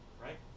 right